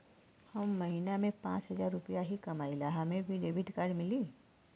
हम महीना में पाँच हजार रुपया ही कमाई ला हमे भी डेबिट कार्ड मिली?